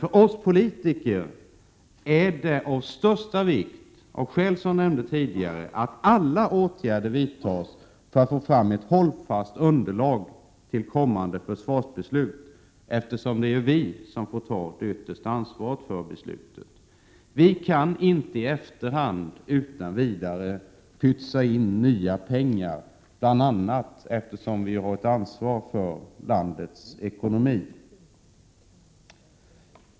För oss politiker är det dock — av skäl som jag har nämnt tidigare — av största vikt att alla åtgärder vidtas för att få fram ett hållfast underlag för kommande försvarsbeslut. Det är ju vi som får ta det yttersta ansvaret för beslutet. Vi kan inte utan vidare i efterhand pytsa in nya pengar, bl.a. på grund av att vi har ett ansvar för landets ekonomi.